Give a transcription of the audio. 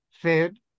fed